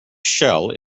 shell